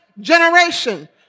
generation